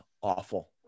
awful